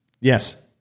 Yes